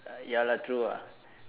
ah ya lah true ah